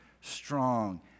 strong